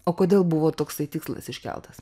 o kodėl buvo toksai tikslas iškeltas